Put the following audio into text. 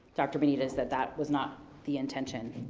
dr. benitez that that was not the intention